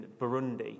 Burundi